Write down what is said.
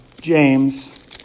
James